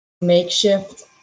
makeshift